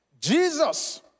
Jesus